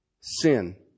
Sin